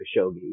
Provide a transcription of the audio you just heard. Khashoggi